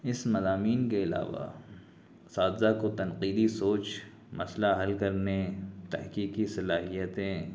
اس مضامین کے علاوہ اساتذہ کو تنقیدی سوچ مسئلہ حل کرنے تحقیقی صلاحیتیں